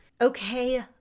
Okay